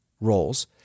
roles